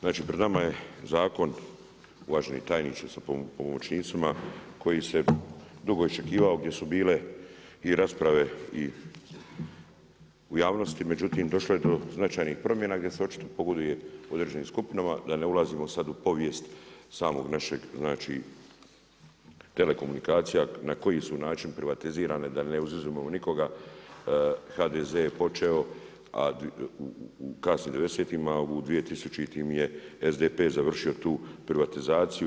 Znači pred nama je Zakon, uvaženi tajniče sa pomoćnicima, koji se dugo iščekivao gdje su bile i rasprave i u javnosti, međutim došlo je do značajnih promjena gdje se očito pogoduje određenim skupinama, da ne ulazimo sada u povijest samog našeg znači telekomunikacija na koji su način privatizirane da ne … nikoga, HDZ je počeo a u kasnim '90.-tim a u 2000. je SDP završio tu privatizaciju.